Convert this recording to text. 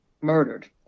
murdered